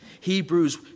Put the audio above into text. Hebrews